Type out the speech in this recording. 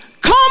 come